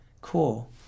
cool